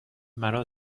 مرا